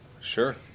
Sure